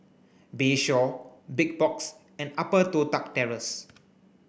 Bayshore Big Box and Upper Toh Tuck Terrace